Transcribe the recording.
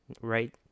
right